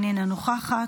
אינה נוכחת.